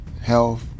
health